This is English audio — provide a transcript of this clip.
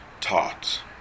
taught